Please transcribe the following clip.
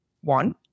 one